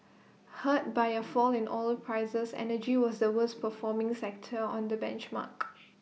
hurt by A fall in oil prices energy was the worst performing sector on the benchmark